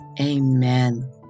Amen